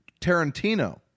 Tarantino